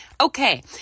Okay